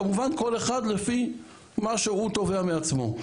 כמובן כל אחד לפי מה שהוא תובע מעצמו,